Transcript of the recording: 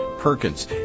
perkins